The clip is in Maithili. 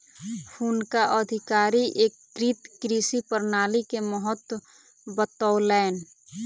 हुनका अधिकारी एकीकृत कृषि प्रणाली के महत्त्व बतौलैन